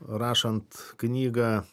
rašant knygą